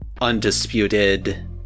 undisputed